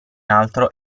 altro